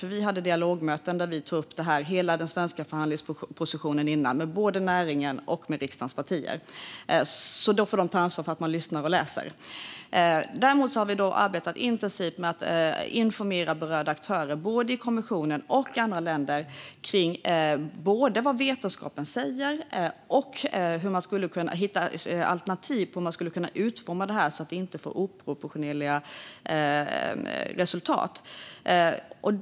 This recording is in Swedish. Före förhandlingarna hade vi dialogmöten där vi tog upp hela den svenska förhandlingspositionen med både näringen och riksdagens partier, så de får ta ansvar för att de lyssnar och läser. Däremot har vi arbetat intensivt med att informera berörda aktörer, både i kommissionen och i andra länder, om vad vetenskapen säger och hur man skulle kunna hitta en alternativ utformning så att detta inte får oproportionerliga resultat.